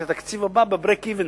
את התקציב הבא בbreak even-,